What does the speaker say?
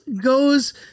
goes